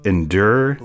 Endure